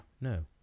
no